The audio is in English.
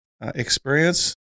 experience